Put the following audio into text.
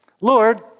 Lord